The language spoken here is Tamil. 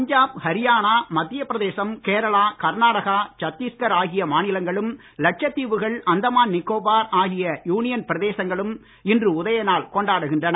பஞ்சாப் ஹரியானா மத்திய பிரதேசம் கேரளா கர்நாடகா சத்தீஷ்கர் ஆகிய மாநிலங்களும் லட்சத்தீவுகள் அந்தமான் நிக்கோபார் ஆகிய யூனியன் பிரதேசங்களும் இன்று உதய நாள் கொண்டாடுகின்றன